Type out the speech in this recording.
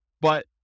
but-